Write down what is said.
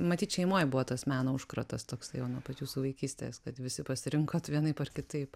matyt šeimoj buvo tas meno užkratas toksai jau nuo pat jūsų vaikystės kad visi pasirinkot vienaip ar kitaip